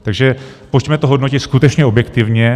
Takže pojďme to hodnotit skutečně objektivně.